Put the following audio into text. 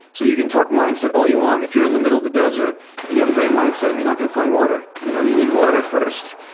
so you can talk mindset all you want. if you're in the middle of the desert and you have a great mindset. you're not going to find water. you know you need water first.